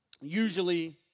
usually